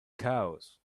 chaos